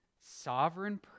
sovereign